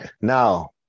now